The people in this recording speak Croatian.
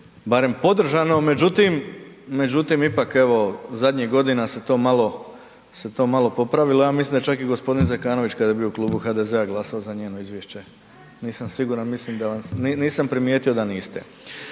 barem podržano. Međutim, međutim ipak evo zadnjih godina se to malo, se to malo popravilo, ja mislim da je čak i g. Zekanović kada je bio u Klubu HDZ-a glasovao za njeno izvješće. Nisam siguran, mislim da, nisam primijetio da niste.